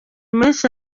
menshi